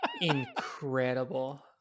Incredible